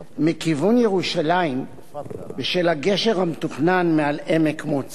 מכיוון ירושלים, בשל הגשר המתוכנן מעל עמק מוצא,